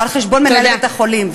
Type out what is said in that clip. או על חשבון מנהלי בית-החולים,